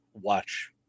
watch